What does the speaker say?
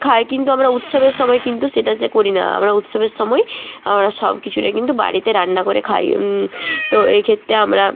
খাই কিন্তু আমরা উৎসবের সময় কিন্তু সেটা যে করি না আমরা উৎসবের সময় আমরা সব কিছুটা কিন্তু বাড়িতে রান্না করে খাই তো এইক্ষেত্রে আমরা